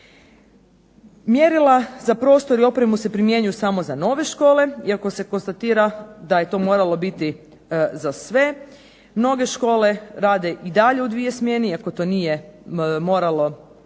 Mjerila za prostor i opremu se primjenjuju samo za nove škole, iako se konstatira da je to moralo biti za sve. Mnoge škole rade i dalje u dvije smjene, iako to nije moralo,